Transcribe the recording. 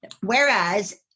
whereas